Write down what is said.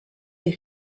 des